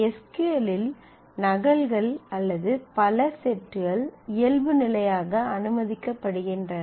S Q L இல் நகல்கள் அல்லது பல செட்கள் இயல்பு நிலையாக அனுமதிக்கப்படுகின்றன